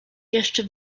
jeszcze